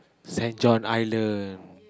saint john Island